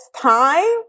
time